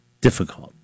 difficult